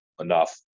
enough